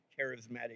charismatic